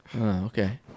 okay